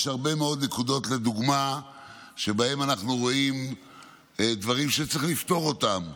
יש הרבה מאוד נקודות שבהן אנחנו רואים דברים שצריך לפתור אותם.